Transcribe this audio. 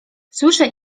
słyszę